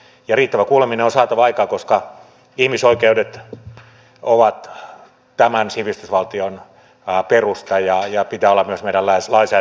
ja riittävä kuuleminen on saatava aikaan koska ihmisoikeudet ovat tämän sivistysvaltion perusta ja niiden pitää olla myös meidän lainsäädäntömme perusta